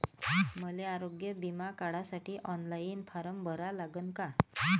मले आरोग्य बिमा काढासाठी ऑनलाईन फारम भरा लागन का?